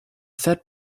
that